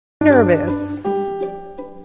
Nervous